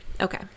okay